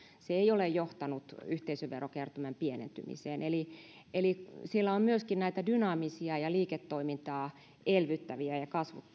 se ei ole johtanut yhteisöverokertymän pienentymiseen eli eli sillä on myöskin näitä dynaamisia ja liiketoimintaa elvyttäviä ja